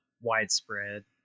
widespread